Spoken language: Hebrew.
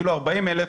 אפילו 40,000,